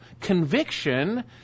conviction